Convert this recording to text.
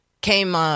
came